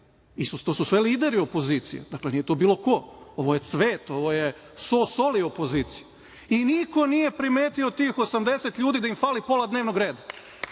to su sve lideri opozicije, nije to bilo ko, ovo je cvet, ovo je so soli opozicije, i niko nije primetio od tih 80 ljudi da im fali pola dnevnog reda